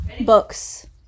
books